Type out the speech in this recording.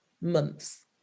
months